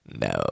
No